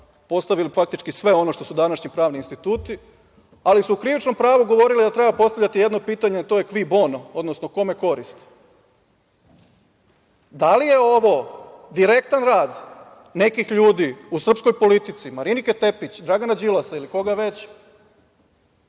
postavili faktički sve ono što su današnji pravni instituti, ali su u krivičnom pravu govorili da treba postavljati jedno pitanje, a to je – kvi bono, odnosno - kome korist? Da li je ovo direktan rad nekih ljudi u srpskoj politici, Marinike Tepić, Dragana Đilasa ili koga već